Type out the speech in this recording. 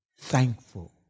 thankful